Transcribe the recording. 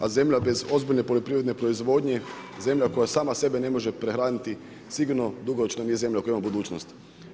A zemlja bez ozbiljne poljoprivredne proizvodnje, zemlja koja sama sebe ne može prehraniti sigurno dugoročno nije zemlja koja ima budućnost.